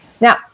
Now